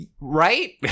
Right